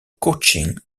coaching